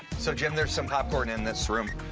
so jim there's some popcorn in this room.